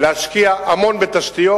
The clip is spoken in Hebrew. להשקיע המון בתשתיות.